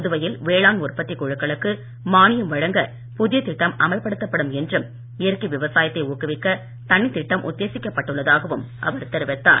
புதுவையில் வேளாண் உற்பத்தி குழுக்களுக்கு மானியம் வழங்க புதிய திட்டம் அமல்படுத்தப்படும் என்றும் இயற்கை விவசாயத்தை ஊக்குவிக்க தனித்திட்டம் உத்தேசிக்கப் பட்டுள்ளதாகவும் அவர் தெரிவித்தார்